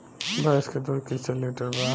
भैंस के दूध कईसे लीटर बा?